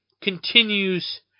continues